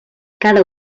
cada